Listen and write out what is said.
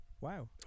Wow